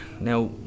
Now